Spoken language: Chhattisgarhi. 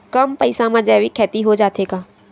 कम पईसा मा जैविक खेती हो जाथे का?